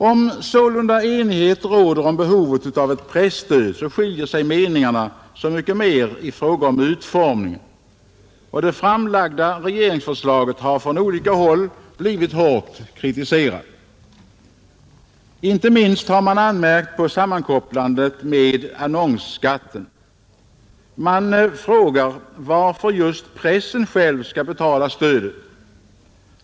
Om sålunda enighet råder om behovet av ett presstöd så skiljer sig meningarna så mycket mer i fråga om utformningen. Det framlagda regeringsförslaget har från olika håll blivit hårt kritiserat. Inte minst har man anmärkt på sammankopplingen med annonsskatten. Man frågar varför just pressen själv skall betala stödet.